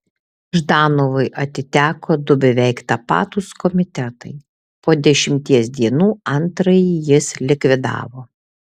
ždanovui atiteko du beveik tapatūs komitetai po dešimties dienų antrąjį jis likvidavo